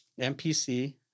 MPC